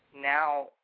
Now